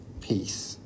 peace